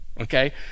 okay